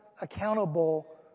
accountable